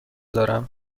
دارم